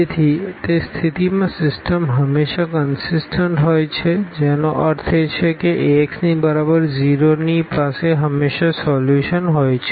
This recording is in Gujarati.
તેથી તે સ્થિતિમાં સિસ્ટમ હંમેશાં કનસીસટન્ટ હોય છે જેનો અર્થ એ કે Axની બરાબર 0 ની પાસે હંમેશાં સોલ્યુશન હોય છે